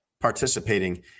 participating